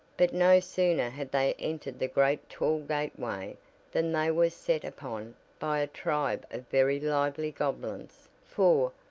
but no sooner had they entered the great tall gateway than they were set upon by a tribe of very lively goblins, for,